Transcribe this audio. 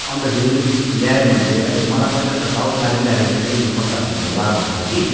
अन्तखेरि ल्याएँ मैले है मलाई पहिला त डाउट लागिरहेको थियो यो कच्चा हुन्छ होला भनेर कि